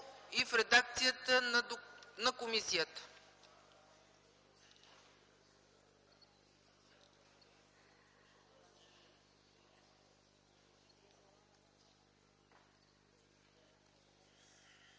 и в редакцията на комисията.